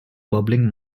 bubbling